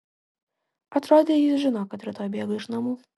atrodė jis žino kad rytoj bėgu iš namų